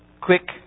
Quick